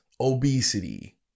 obesity